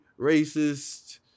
racist